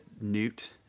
Newt